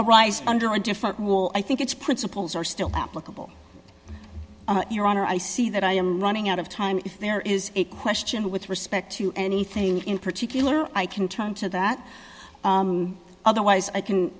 arise under a different rule i think its principles are still applicable your honor i see that i am running out of time if there is a question with respect to anything in particular i can turn to that otherwise i can